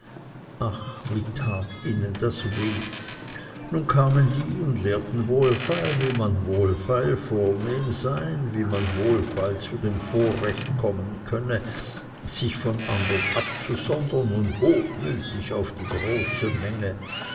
ach wie tat ihnen das weh nun kamen die und lehrten wie man wohlfeil vornehm sein und wie man wohlfeil zu dem vorrecht kommen könne sich von andern abzusondern und hochmütig auf die große menge